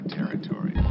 Territory